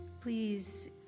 please